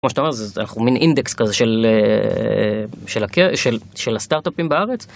אנחנו מין אינדקס כזה של הסטארטאפים בארץ?